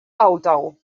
auto